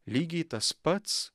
lygiai tas pats